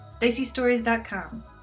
diceystories.com